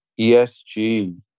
ESG